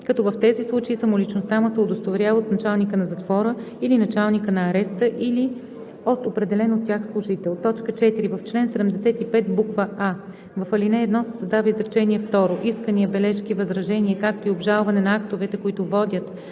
като в тези случаи самоличността му се удостоверява от началника на затвора или началника на ареста или от определен от тях служител.” 4. В чл. 75: а) в ал. 1 се създава изречение второ: „Искания, бележки, възражения, както и обжалване на актовете, които водят